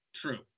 True